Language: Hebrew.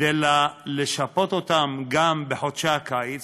כדי לשפות אותם גם בחודשי הקיץ,